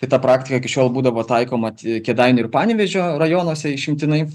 tai ta praktika iki šiol būdavo taikoma tik kėdainių ir panevėžio rajonuose išimtinai